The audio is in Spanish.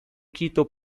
quito